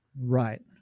Right